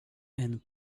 and